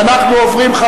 ואנחנו עוברים,